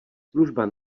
služba